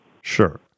Sure